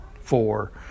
four